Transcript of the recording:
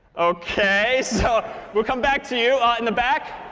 ok. so we'll come back to you. in the back?